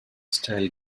style